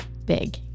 big